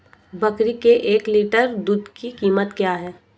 बकरी के एक लीटर दूध की कीमत क्या है?